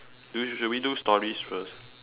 do we should we do stories first